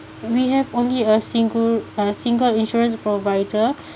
we have only a single a single insurance provider